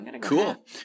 cool